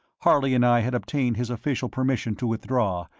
harley and i had obtained his official permission to withdraw,